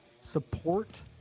support